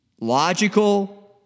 logical